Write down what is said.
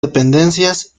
dependencias